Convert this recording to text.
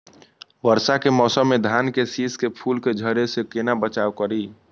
वर्षा के मौसम में धान के शिश के फुल के झड़े से केना बचाव करी?